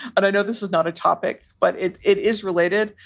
but i know this is not a topic. but it it is related,